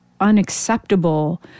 unacceptable